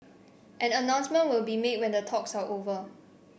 an announcement will be made when the talks are over